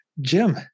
Jim